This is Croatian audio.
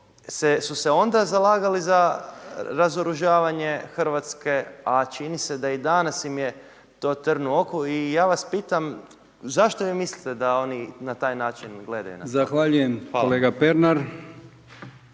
su se onda zalagali za razoružavanje Hrvatske, a čini se da i danas im je to trn u oku. I ja vas pitam, zašto vi mislite da oni na taj način gledaju na … /ne razumije se/…